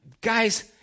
Guys